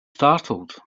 startled